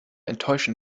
enttäuschen